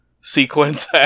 sequence